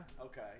Okay